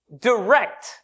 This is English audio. direct